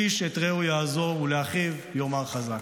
"איש את רעהו יעזֹרו ולאחיו יאמר חזק".